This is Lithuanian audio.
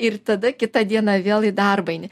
ir tada kitą dieną vėl į darbą eini